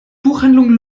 buchhandlung